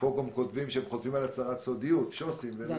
פה גם כותבים שהם חותמים על הצהרת סודיות שו"סים והם